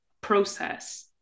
process